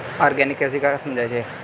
Organic कृषि क्या है समझाइए?